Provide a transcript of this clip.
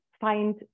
find